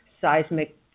seismic